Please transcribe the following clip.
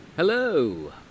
Hello